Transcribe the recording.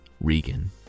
Regan